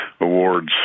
awards